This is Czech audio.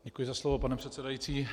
Děkuji za slovo, pane předsedající.